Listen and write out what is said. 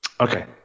Okay